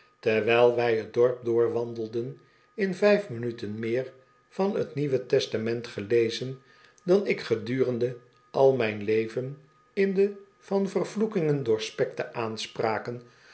terwijl wij t dorp doorwandelden in vijf minuten meer van t n testament gelezen dan ik gedurende al mijn leven in de van vervloekingen doorspekte aanspraken